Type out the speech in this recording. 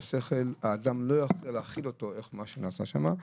שהשכל של האדם לא יכול להכיל מה שנעשה שם,